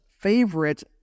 favorite